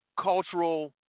cultural